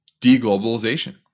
deglobalization